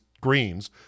greens